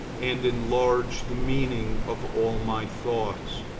and enlarge the meaning of all my thoughts.